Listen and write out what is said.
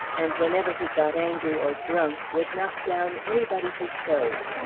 and whenever he got angry or drunk, would knock down anybody he chose.